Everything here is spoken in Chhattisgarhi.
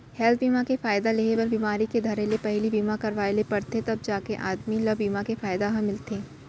हेल्थ बीमा के फायदा लेहे बर बिमारी के धरे ले पहिली बीमा करवाय ल परथे तव जाके आदमी ल बीमा के फायदा ह मिलथे